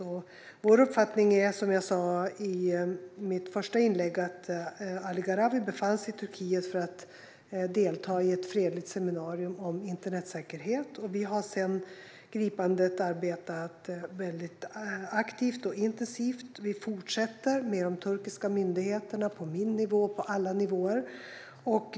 Som jag sa i mitt första inlägg är vår uppfattning att Ali Gharavi befann sig i Turkiet för att delta i ett fredligt seminarium on internetsäkerhet. Vi har sedan gripandet arbetat aktivt och intensivt. Vi fortsätter att ha kontakt med de turkiska myndigheterna på min nivå och på alla andra nivåer.